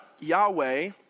Yahweh